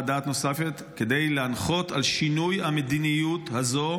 דעת נוספת כדי להנחות על שינוי המדיניות הזו,